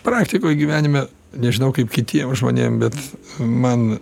praktikoj gyvenime nežinau kaip kitiem žmonėm bet man